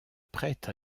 prête